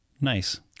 nice